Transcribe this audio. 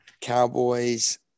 Cowboys